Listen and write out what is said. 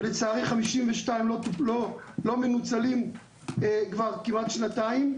ולדעתי חמישים ושניים לא מנוצלים כבר כמעט שנתיים,